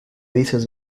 dices